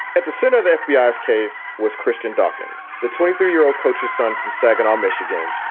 at the center, the f b i s case was christian dawkins. the twenty three year old coach's son from saginaw, michigan,